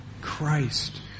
Christ